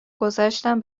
گذشتم